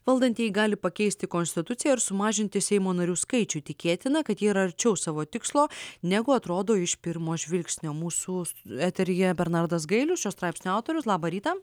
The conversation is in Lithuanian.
valdantieji gali pakeisti konstituciją ir sumažinti seimo narių skaičių tikėtina kad ji yra arčiau savo tikslo negu atrodo iš pirmo žvilgsnio mūsų eteryje bernardas gailius šio straipsnio autorius labą rytą